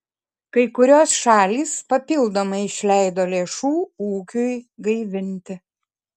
kai kurios šalys papildomai išleido lėšų ūkiui gaivinti